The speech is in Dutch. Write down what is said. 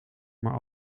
maar